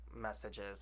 messages